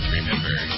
Remember